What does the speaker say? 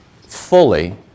fully